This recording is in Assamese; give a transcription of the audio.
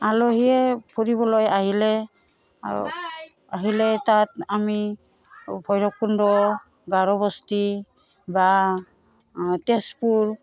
আলহীয়ে ফুৰিবলৈ আহিলে আহিলে তাত আমি ভৈৰৱকুণ্ড গাৰোবস্তি বা তেজপুৰ